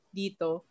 dito